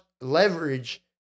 leverage